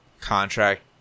contract